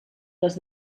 les